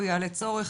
או יעלה צורך,